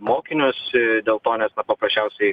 mokinius dėl to nes na paprasčiausiai